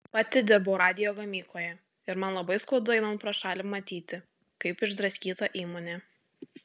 pati dirbau radijo gamykloje ir man labai skaudu einant pro šalį matyti kaip išdraskyta įmonė